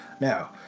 now